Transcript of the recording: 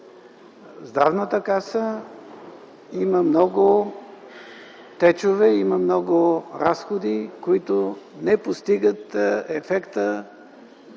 – Здравната каса има много течове, има много разходи, които не постигат ефекта,